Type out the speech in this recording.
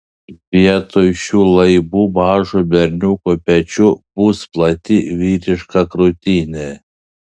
vietoj šių laibų mažo berniuko pečių bus plati vyriška krūtinė